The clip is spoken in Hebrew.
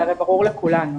זה ברור לכולנו.